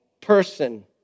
person